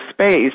space